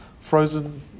frozen